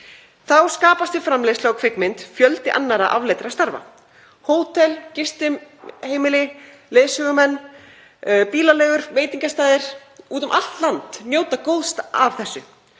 Þá skapast við framleiðslu á kvikmynd fjöldi annarra afleiddra starfa. Hótel, gistiheimili, leiðsögumenn, bílaleigur og veitingastaðir út um allt land njóta góðs af þessu.